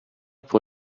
pour